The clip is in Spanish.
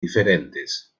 diferentes